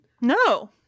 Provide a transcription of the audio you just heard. no